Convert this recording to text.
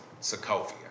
Sokovia